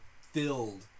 filled